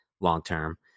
long-term